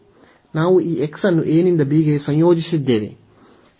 ನಾವು ಈ x ಅನ್ನು a ನಿಂದ b ಗೆ ಸಂಯೋಜಿಸಿದ್ದೇವೆ